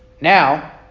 Now